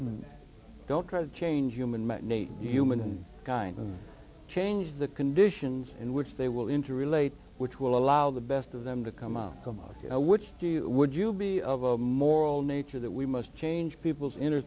and don't try to change human nature human and kind of change the conditions in which they will interrelate which will allow the best of them to come out of which would you be of a moral nature that we must change people's inner